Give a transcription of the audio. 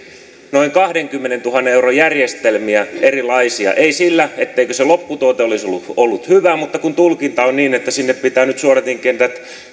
noin kahdenkymmenentuhannen euron järjestelmiä ei sillä etteikö se lopputuote olisi ollut ollut hyvä mutta kun tulkinta on niin että sinne pitää nyt suodatinkentät